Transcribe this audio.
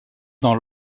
dans